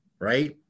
right